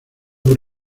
por